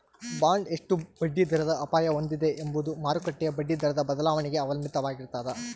bond ಎಷ್ಟು ಬಡ್ಡಿದರದ ಅಪಾಯ ಹೊಂದಿದೆ ಎಂಬುದು ಮಾರುಕಟ್ಟೆಯ ಬಡ್ಡಿದರದ ಬದಲಾವಣೆಗೆ ಅವಲಂಬಿತವಾಗಿರ್ತದ